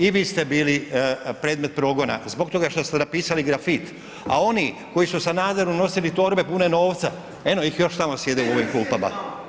I vi ste, i vi ste bili predmet progona zbog toga što ste napisali grafit, a oni koji su Sanaderu nosili torbe pune novca eno ih još tamo sjede u ovim klupama.